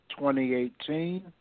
2018